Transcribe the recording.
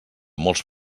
molts